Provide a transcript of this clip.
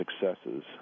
successes